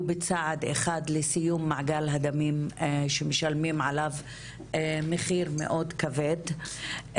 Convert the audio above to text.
בצעד אחד לסיום מעגל הדמים שמשלמים עליו מחיר מאוד כבד.